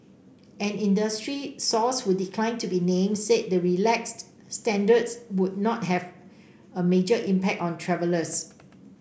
an industry source who declined to be named said the relaxed standards would not have a major impact on travellers